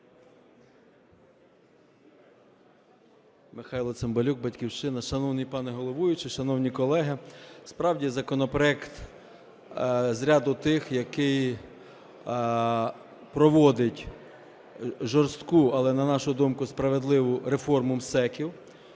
Михайло Цимбалюк, "Батьківщина". Шановний пане головуючий, шановні колеги, справді, законопроект з ряду тих, який проводить жорстку, але, на нашу думку, справедливу реформу МСЕК,